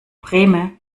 brehme